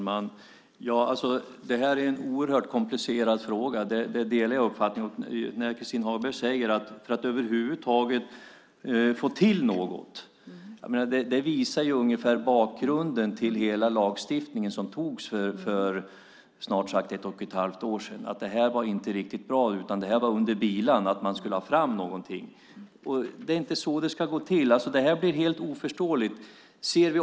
Fru talman! Det här är en oerhört komplicerad fråga. Jag delar den uppfattningen. Christin Hagberg säger att man var tvungen att få till något över huvud taget. Det visar på bakgrunden till hela den lagstiftningen som antogs för snart ett och ett halvt år sedan och att det inte var riktigt bra. Det skedde under bilan. Man skulle ha fram något. Det är inte så det ska gå till. Det blir helt oförståeligt.